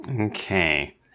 Okay